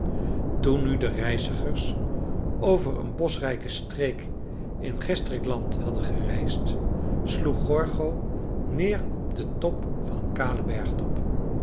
toen nu de reizigers over een boschrijke streek in gästrikland hadden gereisd sloeg gorgo neer op den top van een